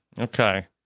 Okay